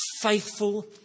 faithful